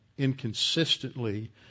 inconsistently